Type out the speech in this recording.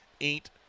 eight